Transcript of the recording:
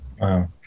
wow